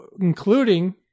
including